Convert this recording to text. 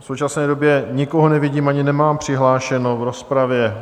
V současné době nikoho nevidím ani nemám přihlášeného v rozpravě.